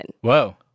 Whoa